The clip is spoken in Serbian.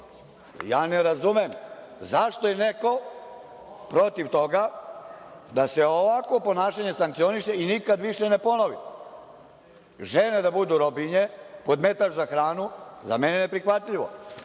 Ja ne razumem zašto je neko protiv toga da se ovakvo ponašanje sankcioniše i nikada više ne ponovi. Žene da budu robinje, podmetač za hranu, za mene je neprihvatljivo.